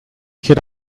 could